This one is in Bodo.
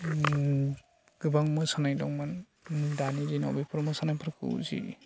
गोबां मोसानाय दंमोन दानि दिनाव बेफोर मोसानायफोरखौ जि